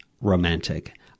romantic